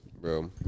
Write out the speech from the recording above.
bro